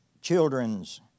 children's